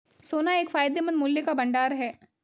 सोना एक फायदेमंद मूल्य का भंडार है